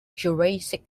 jurassic